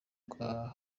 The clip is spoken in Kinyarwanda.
rwa